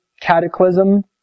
cataclysm